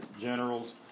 generals